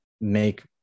make